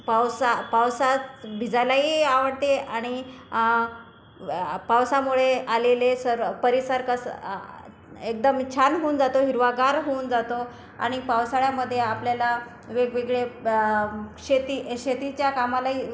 पावसा पावसात भिजायलाही आवडते आणि पावसामुळे आलेले सर परिसर कसं एकदम छान होऊन जातो हिरवागार होऊन जातो आणि पावसाळ्यामध्ये आपल्याला वेगवेगळे शेती शेतीच्या कामालाही